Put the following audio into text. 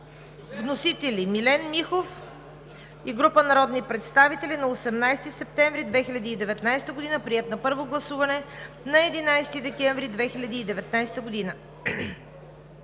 Вносители – Милен Михов и група народни представители на 18 септември 2019 г., приет на първо гласуване на 11 декември 2019 г.